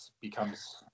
becomes